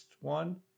one